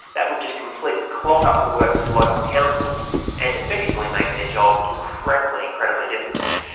that would just completely clog up the works of local councils and effectively make their job incredibly, incredibly difficult.